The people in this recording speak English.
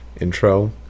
intro